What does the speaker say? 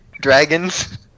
dragons